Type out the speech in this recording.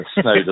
Snow